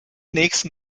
nächsten